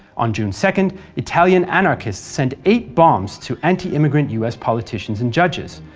on june second, italian anarchists sent eight bombs to anti-immigrant us politicians and judges.